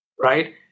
Right